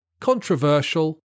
Controversial